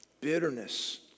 bitterness